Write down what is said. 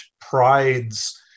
prides